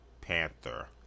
panther